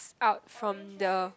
out from the